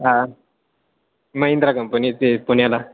हा महिंद्रा कंपनी ते पुण्याला